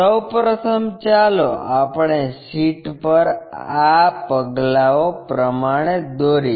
સૌ પ્રથમ ચાલો આપણે શીટ પર આ પગલાંઓ પ્રમાણે દોરીએ